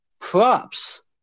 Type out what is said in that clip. props